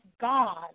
God